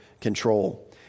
control